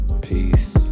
Peace